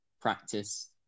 practice